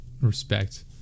respect